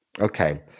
Okay